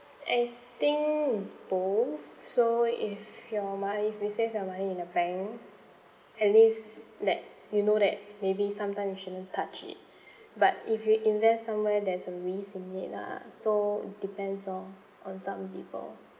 I think it's both so if your money you save your money in the bank at least like you know that maybe sometimes you shouldn't touch it but if you invest somewhere there's a risk in it lah so depends loh on some people